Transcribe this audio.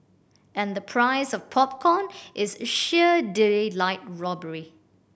and the price of popcorn is sheer daylight robbery